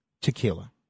tequila